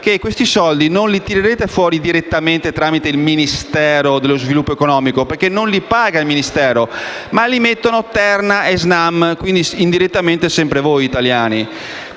che questi soldi non li tirerete fuori direttamente attraverso il Ministero dello sviluppo economico, perché non li paga il Ministero, ma li mettono Terna e Snam, quindi, indirettamente, sempre voi italiani.